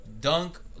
dunk